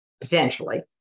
potentially